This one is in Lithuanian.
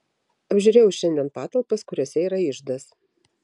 apžiūrėjau šiandien patalpas kuriose yra iždas